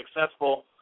successful